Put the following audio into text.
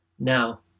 Now